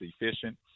efficient